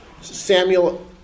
Samuel